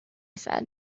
said